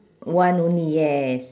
one only yes